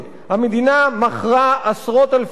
המדינה מכרה עשרות אלפי דירות,